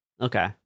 Okay